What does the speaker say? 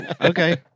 Okay